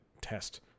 test